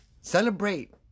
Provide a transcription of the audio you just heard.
Celebrate